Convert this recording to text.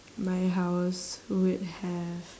my house would have